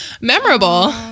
memorable